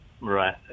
Right